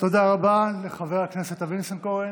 תודה רבה לחבר הכנסת אבי ניסנקורן.